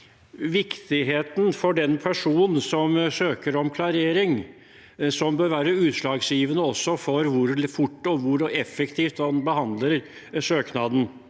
viktigheten for den personen som søker om klarering, være utslagsgivende for hvor fort og hvor effektivt man behandler søknaden.